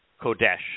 Kodesh